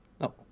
No